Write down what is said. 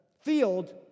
field